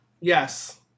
Yes